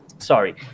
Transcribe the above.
Sorry